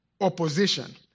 opposition